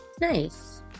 Nice